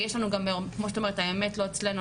וכמו שאת אומרת - האמת לא אצלנו.